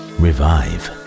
revive